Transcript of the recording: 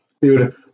dude